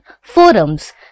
forums